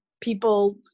people